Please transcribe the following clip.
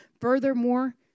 Furthermore